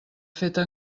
feta